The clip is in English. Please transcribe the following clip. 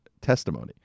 testimony